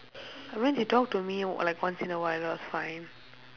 I mean she talk to me like once in a while it was fine